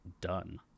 done